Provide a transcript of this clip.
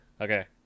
Okay